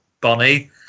bonnie